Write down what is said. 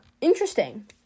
Interesting